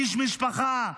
איש משפחה,